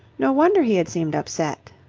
no wonder he had seemed upset.